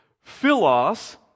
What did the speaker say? Philos